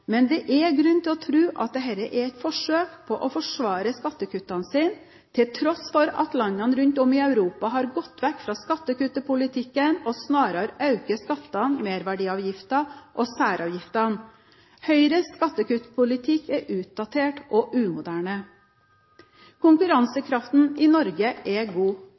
men det er grunn til å tro at dette er et forsøk på å forsvare partiets skattekutt, til tross for at landene rundt om i Europa har gått bort fra skattekutt i politikken og snarere øker skattene, merverdiavgiften og særavgiftene. Høyres skattekuttpolitikk er utdatert og umoderne. Konkurransekraften i Norge er god.